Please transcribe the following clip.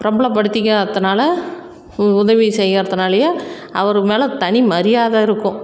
பிரபலப்படுத்திக்காத்துனால் உ உதவி செய்கிறதுனாலயே அவர் மேலே தனி மரியாதை இருக்கும்